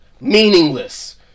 meaningless